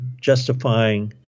justifying